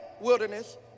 wilderness